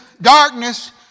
darkness